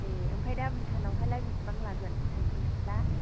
ए आमफाय दा भुटानाव हायला बेसेबां लागोन भुटानसिम थांला